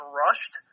rushed